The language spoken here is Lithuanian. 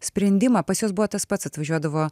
sprendimą pas juos buvo tas pats atvažiuodavo